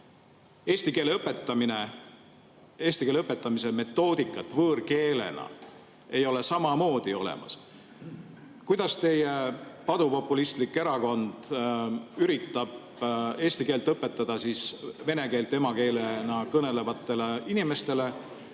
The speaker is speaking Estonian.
Eesti keele kui võõrkeele õpetamise metoodikat ei ole samamoodi olemas. Kuidas teie padupopulistlik erakond üritab eesti keelt õpetada vene keelt emakeelena kõnelevatele inimestele,